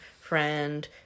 friend